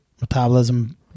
metabolism